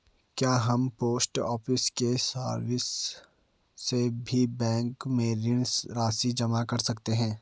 क्या हम post office की सर्विस से भी बैंक में ऋण राशि जमा कर सकते हैं?